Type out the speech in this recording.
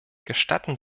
gestatten